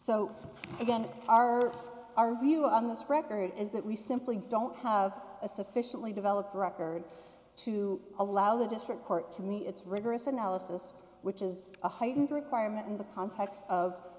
so again our view on this record is that we simply don't have a sufficiently developed record to allow the district court to me it's rigorous analysis which is a heightened requirement in the context of